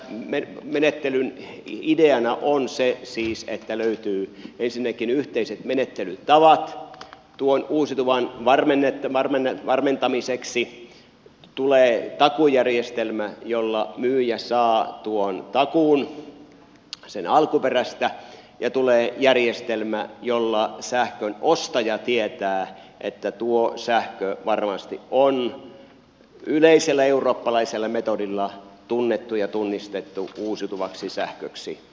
tässä menettelyn ideana on se siis että löytyy ensinnäkin yhteiset menettelytavat tuon uusiutuvan varmentamiseksi tulee takuujärjestelmä jolla myyjä saa tuon takuun sen alkuperästä ja tulee järjestelmä jolla sähkön ostaja tietää että tuo sähkö varmasti on yleisellä eurooppalaisella metodilla tunnettu ja tunnistettu uusiutuvaksi sähköksi